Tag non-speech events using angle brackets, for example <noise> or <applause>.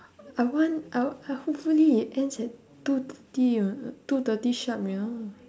<noise> I want I w~ I hopefully it ends at two thirty uh two thirty sharp you know